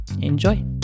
Enjoy